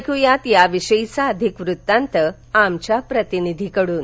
ऐक्यात या विषयीचा अधिक वृतांत आमच्या प्रतिनिधी कडून